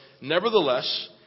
nevertheless